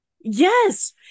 yes